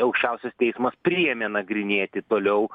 aukščiausias teismas priėmė nagrinėti toliau